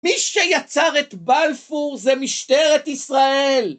מי שיצר את בלפור זה משטרת ישראל!